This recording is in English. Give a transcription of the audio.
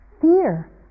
Fear